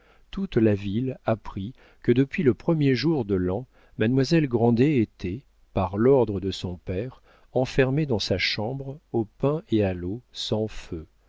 toute la ville apprit que depuis le premier jour de l'an mademoiselle grandet était par l'ordre de son père enfermée dans sa chambre au pain et à l'eau sans feu